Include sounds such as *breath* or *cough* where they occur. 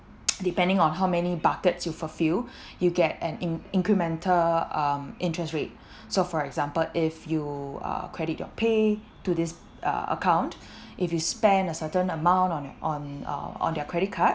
depending on how many buckets you fulfill *breath* you get an in~ incremental um interest rate *breath* so for example if you uh credit your pay to this uh account *breath* if you spend a certain amount on on uh on their credit card